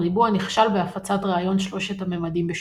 הריבוע נכשל בהפצת רעיון שלושת הממדים בשטוחלנדיה.